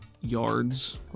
yards